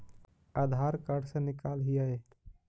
आधार card से निकाल हिऐ?